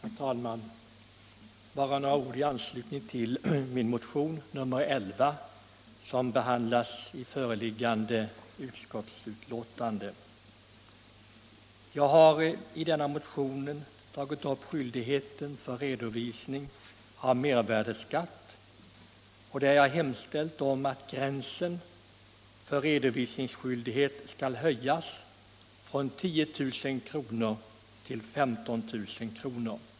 Herr talman! Bara några ord i anslutning till min motion nr 11 som behandlas i föreliggande utskottsbetänkande. Jag har i denna motion tagit upp skyldigheten att redovisa mervärdeskatt och hemställt om att gränsen för redovisningsskyldighet skall höjas från 10 000 kr. till 15 000 kr.